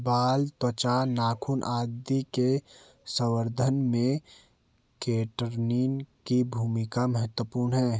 बाल, त्वचा, नाखून आदि के संवर्धन में केराटिन की भूमिका महत्त्वपूर्ण है